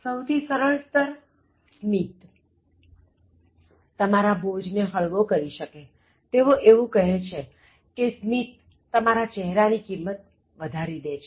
સહુથી સરળ સ્તર સ્મિત તમારા બોજ ને હળવો કરી શકે તેઓ એવું કહે છે કે સ્મિત તમારા ચહેરા ની કિમત વધારી દે છે